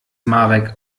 marek